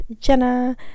Jenna